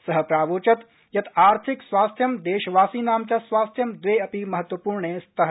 सः प्रावोचत् यत् आर्थिक स्वास्थ्यं देशवासीनां च स्वास्थ्यं द्वे अपि महत्वपूर्णे स्तः